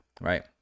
right